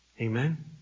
Amen